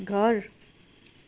घर